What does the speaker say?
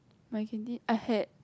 my canteen I had